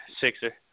Sixer